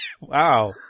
Wow